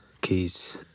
keys